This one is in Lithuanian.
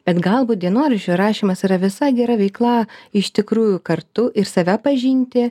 bet galbūt dienoraščio rašymas yra visai gera veikla iš tikrųjų kartu ir save pažinti